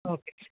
okay